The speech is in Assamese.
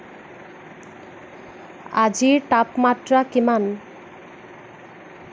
আজিৰ তাপমাত্ৰা কিমান